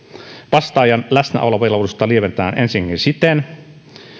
vastaajan läsnäolovelvollisuutta lievennetään ensinnäkin siten